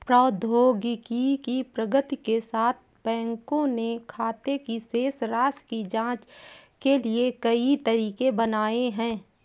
प्रौद्योगिकी की प्रगति के साथ, बैंकों ने खाते की शेष राशि की जांच के लिए कई तरीके बनाए है